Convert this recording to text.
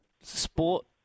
Sport